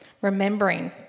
remembering